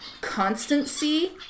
constancy